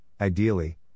ideally